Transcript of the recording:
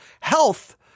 health